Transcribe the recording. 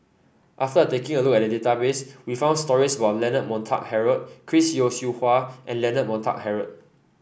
after taking a look at database we found stories about Leonard Montague Harrod Chris Yeo Siew Hua and Leonard Montague Harrod